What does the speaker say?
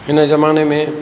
हिन ज़माने में